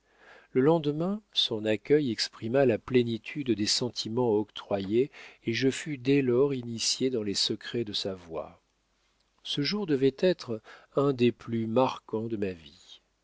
le lendemain son accueil exprima la plénitude des sentiments octroyés et je fus dès lors initié dans les secrets de sa voix ce jour devait être un des plus marquants de ma vie